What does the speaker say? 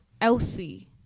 Elsie